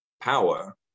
power